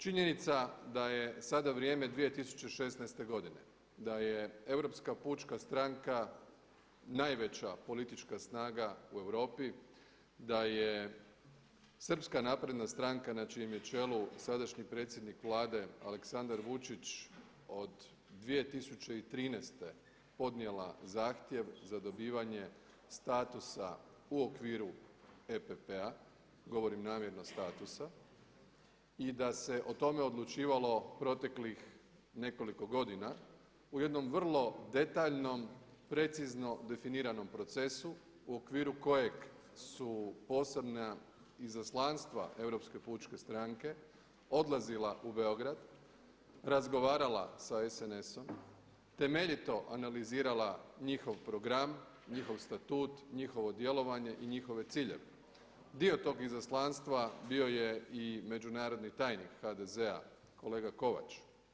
Činjenica da je sada vrijeme 2016. godine da je Europska pučka stranka najveća politička snaga u Europi, da je Srpska napredna stranka na čijem je čelu sadašnji predsjednik Vlade Aleksandar Vučić od 2013. podnijela zahtjev za dobivanje statusa u okviru EPP-a govorim namjerno statusa i da se o tome odlučivalo proteklih nekoliko godina u jednom vrlo detaljnom, precizno definiranom procesu u okviru kojeg su posebna izaslanstva Europske pučke stranke odlazila u Beograd, razgovarala sa SNS-om, temeljito analizirala njihov program, njihov statut, njihovo djelovanje i njihove ciljeve, dio tog izaslanstva bio je i međunarodni tajnik HDZ-a kolega Kovač.